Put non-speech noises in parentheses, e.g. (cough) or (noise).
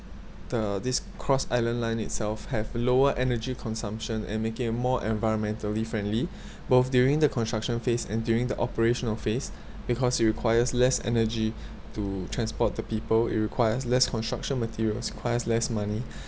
the this cross island line itself have lower energy consumption and make it more environmentally friendly (breath) both during the construction phase and during the operational phase (breath) because it requires less energy (breath) to transport the people it requires less construction materials requires less money (breath)